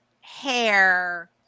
hair